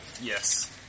Yes